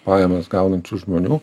pajamas gaunančių žmonių